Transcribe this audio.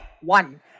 one